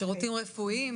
שירותים רפואיים.